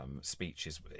speeches